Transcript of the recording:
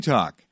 Talk